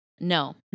No